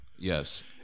Yes